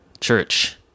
church